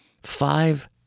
five